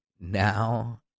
now